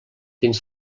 dins